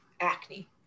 acne